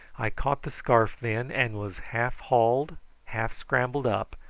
i caught the scarf then, and was half-hauled half-scrambled up,